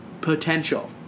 potential